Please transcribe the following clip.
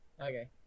Okay